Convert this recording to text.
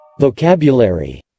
Vocabulary